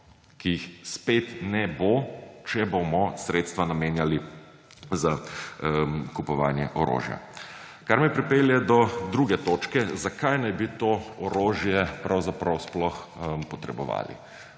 ki jih spet ne bo, če bomo sredstva namenjali za kupovanje orožja. Kar me pripelje do druge točke ‒ zakaj naj bi to orožje pravzaprav sploh potrebovali?